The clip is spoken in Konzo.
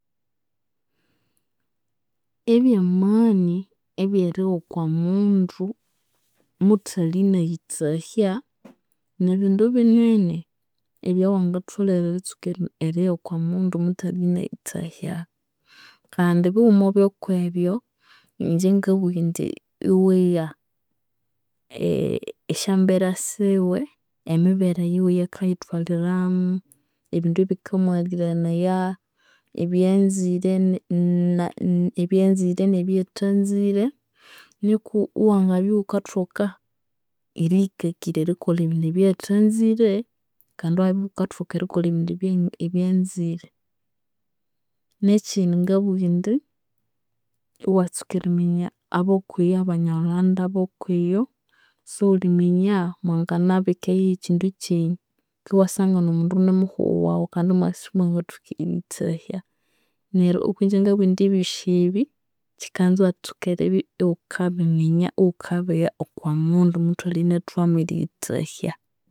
Ebyamani ebyerigha okwamundu muthalinayithahya, nibindu binene ebyaghutholere eritsuka erigha okwamundu muthalinayithahya. Kandi ebighuma byokwebyu, inje ngabugha indi iwigha esyambera siwe, emibere eyakayithwakiramu, ebindu ebikamughaliranaya, ebyanzire na- ne- ebyanzire nebyathanzire, nuku iwangabya ighukathoka eriyikakirya erikolha ebindu ebyathanzire, kandi iwabya ighukathoka erikolha ebindu ebyanzire. Nekyindi ngabugha indi iwatsuka eriminya abokwiyo, abanyalhughanda abaokwiyo. Sighuliminya mwanginabika eyu yekyindu kyenyu iwasanga inimuhughu waghu kandi imwabya isimwangathoka eriyithahya. Neryo okwinje ngabugha indi ebyosi ebi kyikanza iwetsuka eribya ighukabiminya, ighukabigha okwamundu muthalinathwamu eriyithahya.